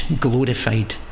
glorified